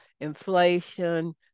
inflation